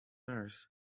nurse